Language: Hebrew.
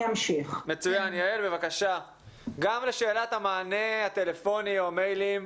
גם לשאלת המענה הטלפוני והמיילים,